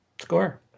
Score